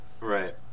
Right